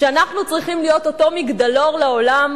אנחנו צריכים להיות אותו מגדלור לעולם